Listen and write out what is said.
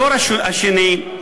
הדור השני,